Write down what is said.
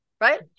right